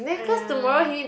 !aiya!